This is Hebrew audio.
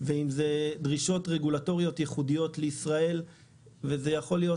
ואם זה דרישות רגולטוריות ייחודיות לישראל וזה יכול להיות